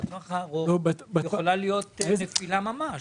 בטווח הארוך יכולה להיות נפילה ממש.